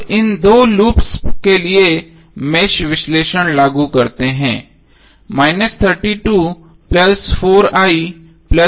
अब इन दो लूप्स के लिए मेष विश्लेषण लागू करते हैं